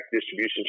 distribution